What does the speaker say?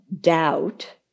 doubt